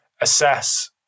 assess